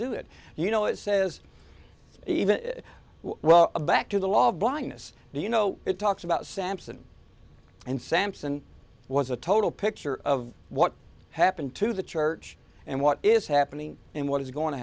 do it you know it says even back to the law of blindness do you know it talks about sampson and sampson was a total picture of what happened to the church and what is happening and what is going to